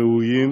ראויים